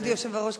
כבוד היושב-ראש,